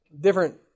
different